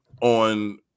on